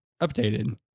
updated